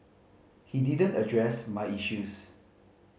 he didn't address my issues